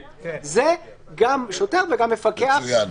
זה גם שוטר וגם מפקח מטעם --- מצוין.